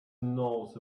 knows